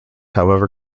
however